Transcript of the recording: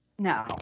No